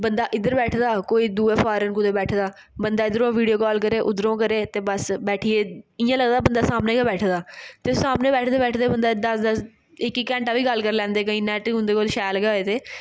बंदा इद्धर बैठे दा ऐ कोई दूआ कुतै फारन बैठे दा ऐ बंदा इद्धरों वीडियो कॉल करे उद्धरों करे ते बस बैठियै इ'यां लगदा बंदा सामनै गै बैठे दा ऐ सामनै बैठदे बैठदे बंदा इक इक घैंटा बी कोई कोई गल्ल करी लैंदा अगर नैट उं'दे कोल शैल गै होंदा ऐ